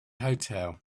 hotel